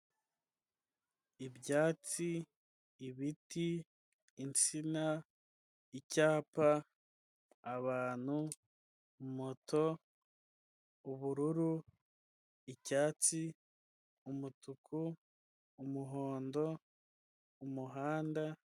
Ibyatsi, ibiti, insina, icyapa, abantu, moto, ubururu, icyatsi, umutuku, umuhondo, umuhanda,